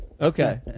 Okay